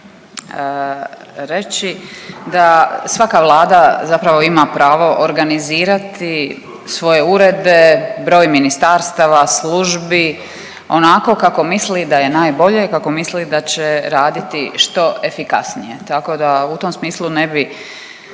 reći da svaka Vlada zapravo ima pravo organizirati svoje urede, broj ministarstava, službi, onako kako misli da je najbolje, kako misli da će raditi što efikasnije, tako da u tom smislu ne bi,